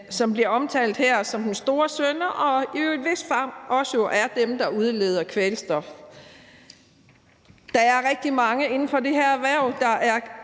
her bliver omtalt som den store synder, og som jo i et vist omfang også er det, der udleder kvælstof. Der er rigtig mange inden for det her erhverv, der er